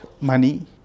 money